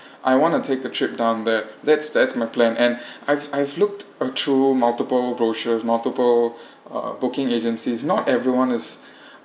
I want to take the trip down there that's that's my plan and I've I've looked uh through multiple brochures multiple uh booking agencies not everyone is